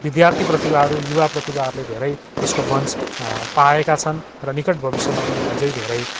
विद्यार्थी प्रतिभाहरू युवा प्रतिभाहरूले धेरै यसको मञ्च पाएका छन् र निकट भविष्यमा पनि अझै धेरै